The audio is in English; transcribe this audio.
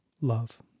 love